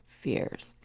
fears